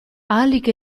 ahalik